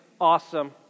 awesome